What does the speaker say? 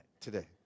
today